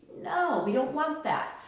no! we don't want that,